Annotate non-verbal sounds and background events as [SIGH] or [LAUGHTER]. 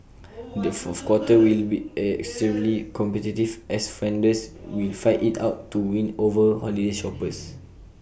the [NOISE] fourth quarter will be extremely competitive as vendors will fight IT out to win over holiday shoppers